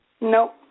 Nope